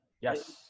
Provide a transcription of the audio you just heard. Yes